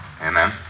Amen